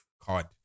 Card